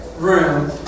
room